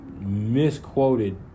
misquoted